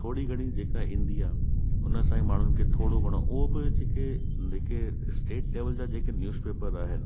थोरी घणी जेका ईंदी आहे उन सां ई माण्हुनि खे थोरो घणो उहे बि जेके जेके स्टेट लेवल जा जेके न्यूज़ पेपर आहिनि